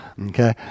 okay